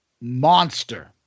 Monster